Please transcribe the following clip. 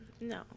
No